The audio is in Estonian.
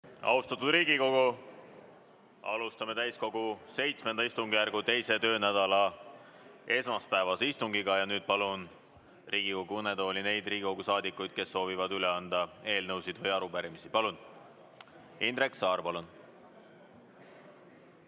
Austatud Riigikogu! Alustame täiskogu VII istungjärgu 2. töönädala esmaspäevast istungit. Nüüd palun Riigikogu kõnetooli neid saadikuid, kes soovivad üle anda eelnõusid või arupärimisi. Indrek Saar, palun!